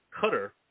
Cutter